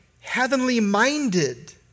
heavenly-minded